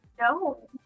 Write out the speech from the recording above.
no